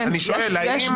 אני שואל האם --- כן,